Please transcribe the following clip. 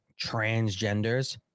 transgenders